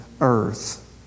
earth